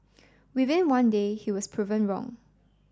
within one day he was proven wrong